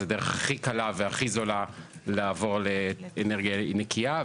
זאת הדרך הכי קלה והכי זולה לעבור לאנרגיה נקייה.